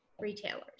retailers